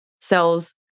cells